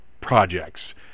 projects